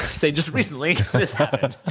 say just recently, this happened,